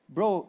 Bro